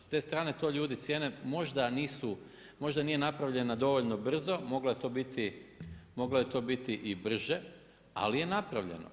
S te strane to ljudi cijene, možda nije napravljena dovoljno brzo, moglo je to biti i brže, ali je napravljeno.